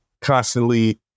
constantly